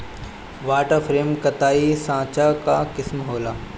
water frame कताई साँचा कअ किसिम होला